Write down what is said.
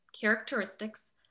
characteristics